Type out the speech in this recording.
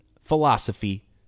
philosophy